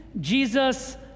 Jesus